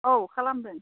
औ खालामदों